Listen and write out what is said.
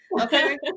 Okay